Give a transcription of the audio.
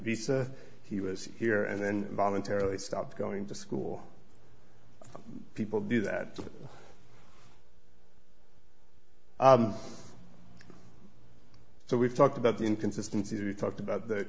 visa he was here and then voluntarily stopped going to school people do that so we've talked about the inconsistency we talked about the